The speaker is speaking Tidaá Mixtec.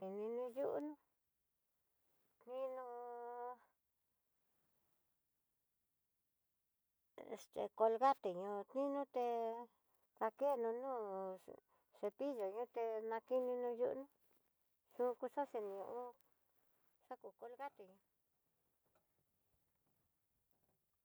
Té ino yi'no, ni no'o este colgate ño'o ninuté, dakenó no'o cepillo ñuté, nakino nó yuné, yukuxaxe né hó xakú colgaté.